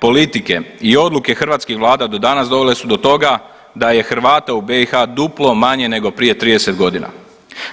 Politike i odluke hrvatskih vlada do danas dovele su do toga da je Hrvata u BiH duplo manje nego prije 30.g.,